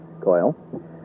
coil